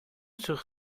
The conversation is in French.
sur